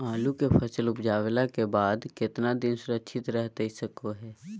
आलू के फसल उपजला के बाद कितना दिन सुरक्षित रहतई सको हय?